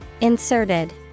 Inserted